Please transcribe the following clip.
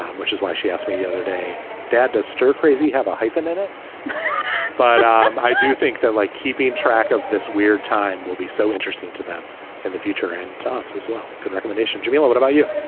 um which is why she asked me the other day dad to stir crazy. have a hyphen in it but um i do think that like keeping track of this weird time will be so interesting to them in the future and to us as well. good recommendation. jamila, what about you?